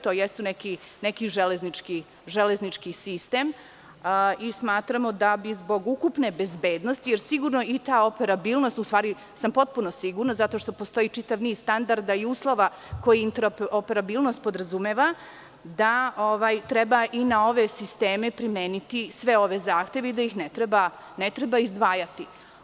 To jeste neki železnički sistem i smatramo da bi zbog ukupne bezbednosti, jer sigurno i ta interoperabilnost, u stvari sam potpuno sigurna, zato što postoji čitav niz standarda i uslova koji pod interoperabilnošću podrazumevaju da treba i na ove sisteme primeniti sve ove zahteve i da ih ne treba izdvajati.